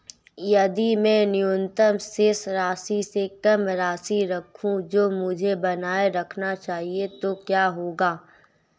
यदि मैं न्यूनतम शेष राशि से कम राशि रखूं जो मुझे बनाए रखना चाहिए तो क्या होगा?